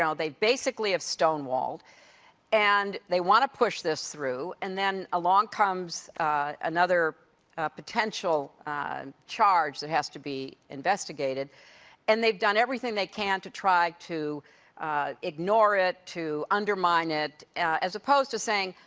and they basically have stonewalled and they want to push this through and then along comes another potential charge that has to be investigated and they have done everything they can to try to ignore it, to undermine it as opposed to saying,